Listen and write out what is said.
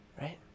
right